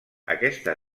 aquesta